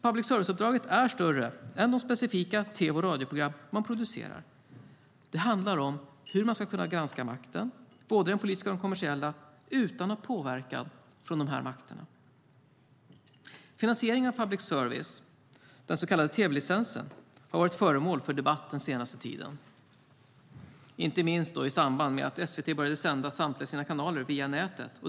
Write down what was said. Public service-uppdraget är större än de specifika tv och radioprogram man producerar. Det handlar om hur man ska kunna granska makten, både den politiska och den kommersiella, utan påverkan från dessa makter. Finansieringen av public service, den så kallade tv-licensen, har varit föremål för debatt den senaste tiden, inte minst i samband med att SVT började sända samtliga sina kanaler via nätet.